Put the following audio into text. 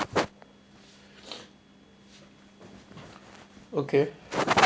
okay